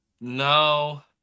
no